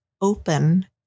open